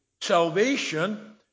salvation